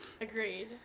Agreed